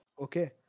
Okay